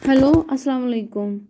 hello اَسلام علیکُم